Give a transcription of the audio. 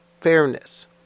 fairness